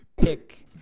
Pick